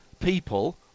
people